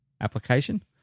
application